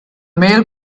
mail